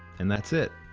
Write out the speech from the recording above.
and that's it,